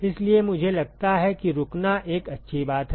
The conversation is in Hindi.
इसलिए मुझे लगता है कि रुकना एक अच्छी बात है